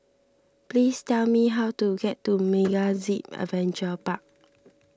please tell me how to get to MegaZip Adventure Park